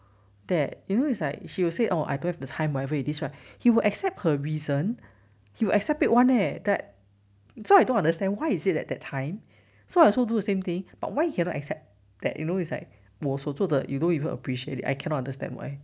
that you know it's like she will say oh I don't have the time whatever it is right he would accept her reason he will accept [one] eh that so I don't understand why is it that that time so I also do the same thing but why you cannot accept that you know it's like 我所做的 you don't even appreciate it I cannot understand why